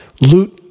loot